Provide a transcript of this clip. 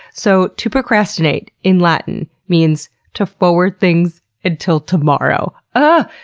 so to procrastinate, in latin, means to forward things until tomorrow. um